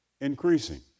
increasing